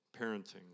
parenting